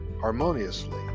harmoniously